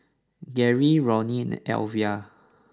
Gary Roni and Elvia